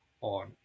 on